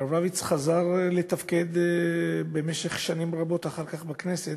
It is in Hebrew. והוא חזר לתפקד במשך שנים רבות אחר כך בכנסת,